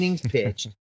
pitched